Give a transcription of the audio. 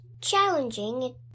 challenging